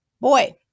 boy